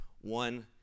One